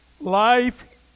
Life